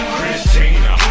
Christina